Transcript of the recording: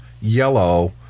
yellow